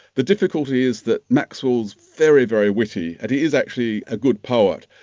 the difficulty is that maxwell is very, very witty and he is actually a good poet,